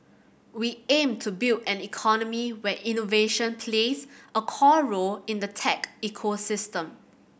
we aim to build an economy where innovation plays a core role in the tech ecosystem